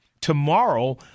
Tomorrow